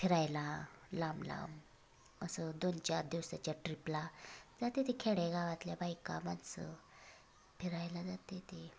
फिरायला लांब लांब असं दोन चार दिवसाच्या ट्रीपला जातात खेडेगावातल्या बायका माणसं फिरायला जातात